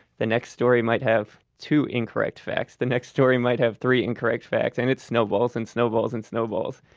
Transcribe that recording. the next story might have two incorrect facts the next story might have three incorrect facts. and it snowballs, and snowballs, and snowballs.